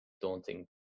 daunting